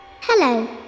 Hello